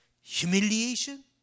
humiliation